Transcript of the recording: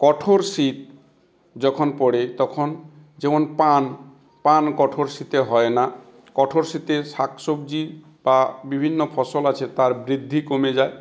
কঠোর শীত যখন পড়ে তখন যেমন পান পান কঠোর শীতে হয় না কঠোর শীতে শাক সবজির বা বিভিন্ন ফসল আছে তার বৃদ্ধি কমে যায়